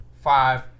five